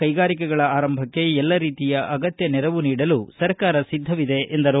ಕೈಗಾರಿಕೆಗಳ ಆರಂಭಕ್ಕೆ ಎಲ್ಲ ರೀತಿಯ ಅಗತ್ಯ ನೆರವು ನೀಡಲು ಸರ್ಕಾರ ಸಿದ್ದವಿದೆ ಎಂದರು